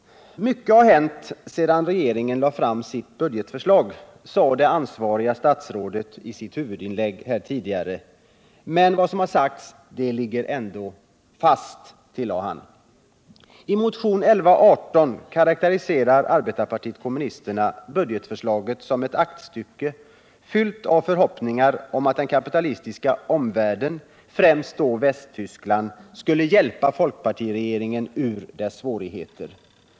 Mycket har hänt sedan regeringen lade fram sitt budgetförslag, sade det ansvariga statsrådet i sitt huvudinlägg här tidigare. Men vad som har sagts ligger ändå fast, tillade han. I motionen 1118 karakteriserar arbetarpartiet kommunisterna budgetförslaget som ett aktstycke fyllt av förhoppningar om att den kapitalistiska omvärlden — främst Västtyskland — skulle hjälpa folkpartiregeringen ur dess svårigheter.